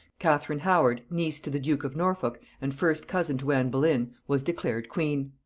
catherine howard niece to the duke of norfolk, and first cousin to anne boleyn, was declared queen.